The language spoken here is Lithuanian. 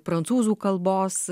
prancūzų kalbos